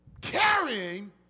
carrying